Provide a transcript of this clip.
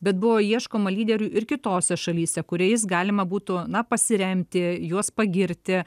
bet buvo ieškoma lyderių ir kitose šalyse kuriais galima būtų na pasiremti juos pagirti